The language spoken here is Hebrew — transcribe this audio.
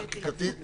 חקיקתית?